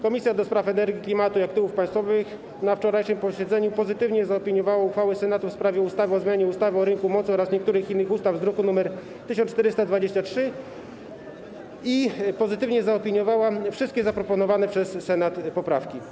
Komisja do Spraw Energii, Klimatu i Aktywów Państwowych na wczorajszym posiedzeniu pozytywnie zaopiniowała uchwałę Senatu w sprawie ustawy o zmianie ustawy o rynku mocy oraz niektórych innych ustaw z druku nr 1423 i pozytywnie zaopiniowała wszystkie zaproponowane przez Senat poprawki.